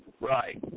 right